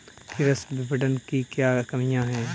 कृषि विपणन की क्या कमियाँ हैं?